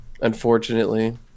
Unfortunately